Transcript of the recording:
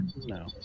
No